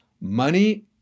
Money